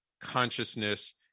consciousness